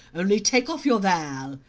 only take off your veil,